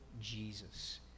Jesus